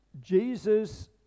jesus